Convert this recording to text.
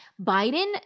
Biden